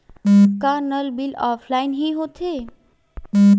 का नल bill offline हि होथे?